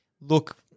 look